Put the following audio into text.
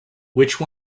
which